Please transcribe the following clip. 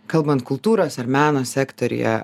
kalbant kultūros ir meno sektoriuje